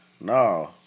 No